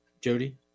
Jody